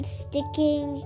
sticking